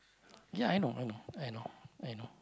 ya I know I know I know I know